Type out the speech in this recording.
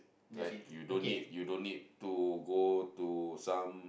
like you don't need you don't need to go to some